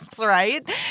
right